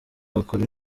wakora